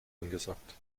angesagt